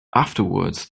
afterwards